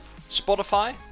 Spotify